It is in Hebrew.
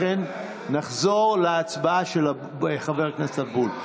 לכן נחזור להצבעה של חבר הכנסת אבוטבול.